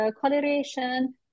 coloration